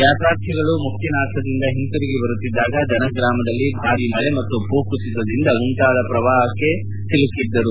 ಯಾತ್ರಾರ್ಥಿಗಳು ಮುಕ್ತಿನಾಥದಿಂದ ಹಿಂತಿರುಗಿ ಬರುತ್ತಿದ್ದಾಗ ದನ ಗ್ರಾಮದಲ್ಲಿ ಭಾರಿ ಮಳೆ ಮತ್ತು ಭೂಕುಸಿತದಿಂದ ಉಂಟಾದ ಪ್ರವಾಹಕ್ಕೆ ಸಿಲುಕಿದ್ದರು